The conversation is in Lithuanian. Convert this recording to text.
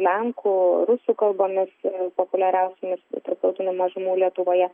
lenkų rusų kalbomis populiariausiomis tarp tautinių mažumų lietuvoje